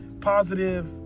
positive